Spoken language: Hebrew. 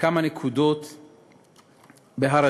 בכמה נקודות בהר-הזיתים,